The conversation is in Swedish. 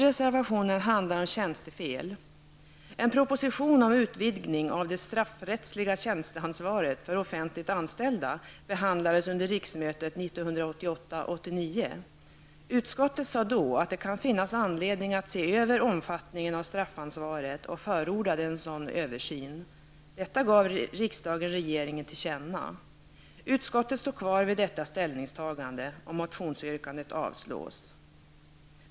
Reservation nr 6 handlar om tjänstefel. En proposition om utvidgning av det straffrättsliga tjänsteansvaret för offentligt anställda behandlades under riksmötet 1988/89. Utskottet sade då att det kan finnas anledning att se över omfattningen av straffansvaret och förordade en sådan översyn. Detta gav riksdagen regeringen till känna. Utskottet står kvar vid detta ställningstagande och motionsyrkandet avslås.